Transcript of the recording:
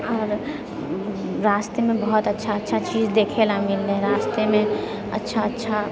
आर रास्तेमे बहुत अच्छा अच्छा चीज देखएला मिललै रास्तेमे अच्छा अच्छा